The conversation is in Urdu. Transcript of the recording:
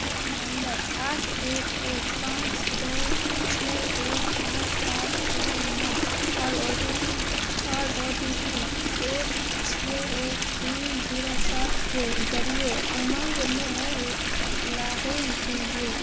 فون نمبر آٹھ ایک ایک پانچ دو چھ ایک پانچ سات دو نو اور او ٹی پی اور او ٹی پی ایک چھ ایک تین زیرو سات کے ذریعے امنگ میں لاغ ان کیجیے